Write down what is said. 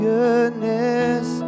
goodness